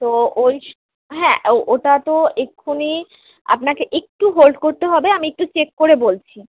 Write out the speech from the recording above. তো ওই হ্যাঁ ও ওটা তো এক্ষুনি আপনাকে একটু হোল্ড করতে হবে আমি একটু চেক করে বলছি